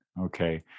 Okay